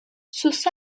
sus